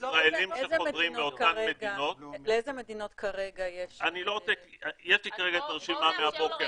לאיזה מדינות כרגע יש -- בואו נאפשר לו רגע.